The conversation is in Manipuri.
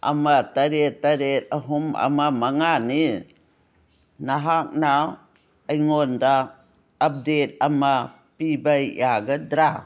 ꯑꯃ ꯇꯔꯦꯠ ꯇꯔꯦꯠ ꯑꯍꯨꯝ ꯑꯃ ꯃꯉꯥꯅꯤ ꯅꯍꯥꯛꯅ ꯑꯩꯉꯣꯟꯗ ꯑꯞꯗꯦꯗ ꯑꯃ ꯄꯤꯕ ꯌꯥꯒꯗ꯭ꯔꯥ